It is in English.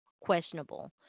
questionable